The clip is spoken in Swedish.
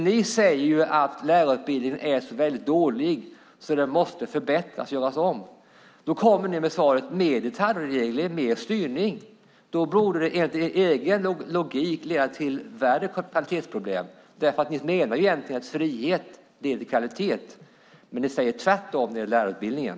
Ni säger ju att lärarutbildningen är så väldigt dålig att den måste förbättras och göras om. Ni kommer då med svaret att det behövs mer detaljreglering och mer styrning. Enligt er egen logik borde det leda till värre kvalitetsproblem. Ni menar ju egentligen att frihet leder till kvalitet, men ni säger tvärtom när det gäller lärarutbildningen.